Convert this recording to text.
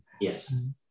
yes